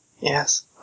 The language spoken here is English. Yes